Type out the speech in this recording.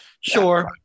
Sure